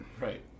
Right